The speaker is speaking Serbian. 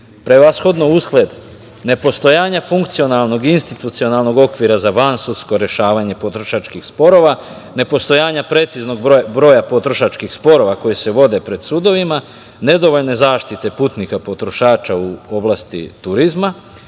prevashodno usled nepostojanja funkcionalnog i institucionalnog okvira za vansudsko rešavanje potrošačkih sporova, nepostojanja preciznog broja potrošačkih sporova pred sudovima, nedovoljne zaštite putnika potrošača u oblasti turizma,